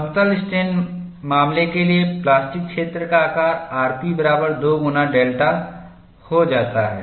समतल स्ट्रेन मामले के लिए प्लास्टिक क्षेत्र का आकार rp बराबर 2 गुना डेल्टा हो जाता है